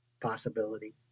possibility